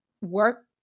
work